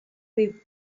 lived